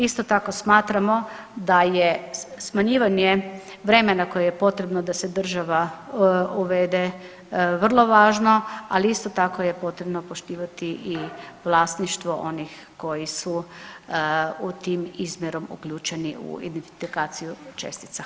Isto tako smatramo da je smanjivanje vremena koje je potrebno se država uvede vrlo važno, ali isto tako je potrebno poštivati i vlasništvo onih koji su u tim izmjerom uključeni u identifikaciju čestica.